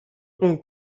hong